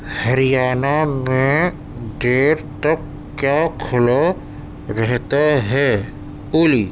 ہریانہ میں دیر تک کیا کھلا رہتا ہے اولی